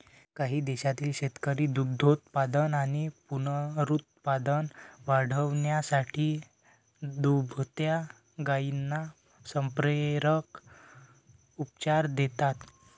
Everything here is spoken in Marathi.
काही देशांतील शेतकरी दुग्धोत्पादन आणि पुनरुत्पादन वाढवण्यासाठी दुभत्या गायींना संप्रेरक उपचार देतात